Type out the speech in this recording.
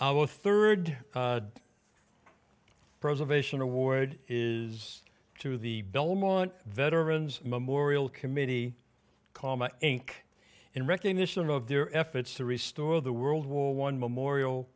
one third preservation award is to the belmont veterans memorial committee common inc in recognition of their efforts to restore the world war one memorial